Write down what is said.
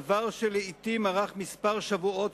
דבר שלעתים ארך כמה שבועות,